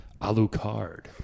Alucard